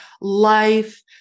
life